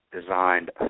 designed